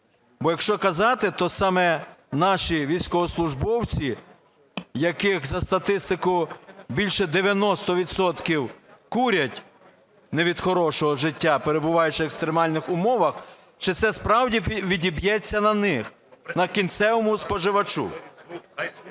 Бо, якщо казати, то саме наші військовослужбовці, які за статистикою більше 90 відсотків курять не від хорошого життя, перебуваючи в екстремальних умовах, чи це справді відіб'ється на них, на кінцевому споживачу.